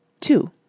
Two